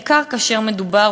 בעיקר כאשר מדובר,